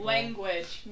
Language